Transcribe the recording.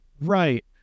Right